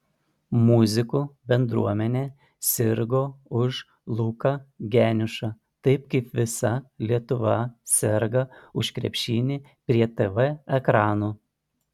muzikų bendruomenė sirgo už luką geniušą taip kaip visa lietuva serga už krepšinį prie tv ekranų